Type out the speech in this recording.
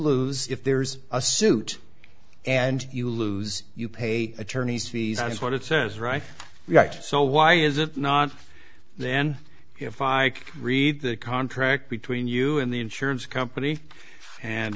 lose if there's a suit and you lose you pay attorney's fees that's what it says right so why is it not then if ike read the contract between you and the insurance company and